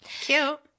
Cute